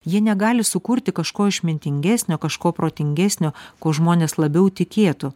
jie negali sukurti kažko išmintingesnio kažko protingesnio kuo žmonės labiau tikėtų